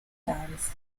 terms